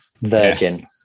Virgin